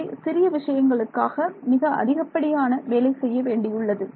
இங்கே சிறிய விஷயங்களுக்காக மிக அதிகப்படியான வேலை செய்ய வேண்டியுள்ளது